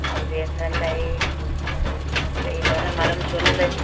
foundation ꯂꯩ ꯑꯇꯩ ꯂꯣꯏꯅ ꯃꯔꯝ ꯁꯨꯅ ꯂꯩ